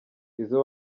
izo